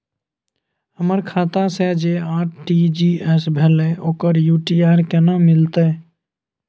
हमर खाता से जे आर.टी.जी एस भेलै ओकर यू.टी.आर केना मिलतै?